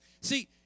See